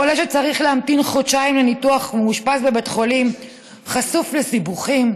חולה שצריך להמתין חודשיים לניתוח ומאושפז בבית חולים חשוף לסיבוכים.